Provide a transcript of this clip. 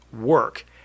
work